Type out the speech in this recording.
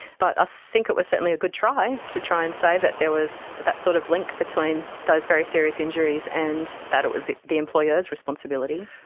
but i think it was certainly a good try, to try and say that there was that sort of link between those very serious injuries and that it was the employer's responsibility.